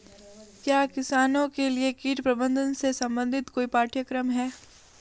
क्या किसानों के लिए कीट प्रबंधन से संबंधित कोई पाठ्यक्रम है?